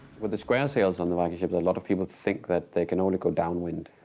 with the square sails on the viking ships a lot of people think, that they can only go downwind.